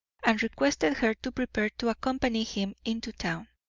and requested her to prepare to accompany him into town.